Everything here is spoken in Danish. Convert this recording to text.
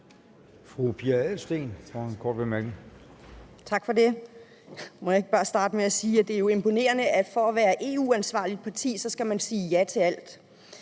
Pia Adelsteen (DF): Tak for det. Må jeg ikke bare starte med at sige, at det jo er imponerende, at man for at være et EU-ansvarligt parti skal sige ja til alt.